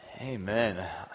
Amen